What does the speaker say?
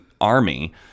army